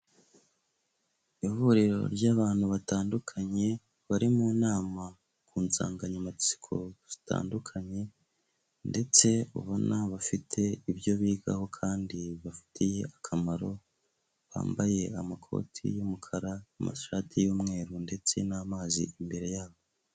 Ihuriro ry'abantu batandukanye bari mu nama ku nsanganyamatsiko zitandukanye ndetse ubona bafite ibyo bigaho kandi bibafitiye akamaro bambaye amakoti y'umukara, amashati y'umweru, ndetse n'amazi imbere yabo.